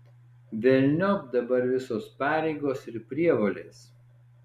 velniop dabar visos pareigos ir prievolės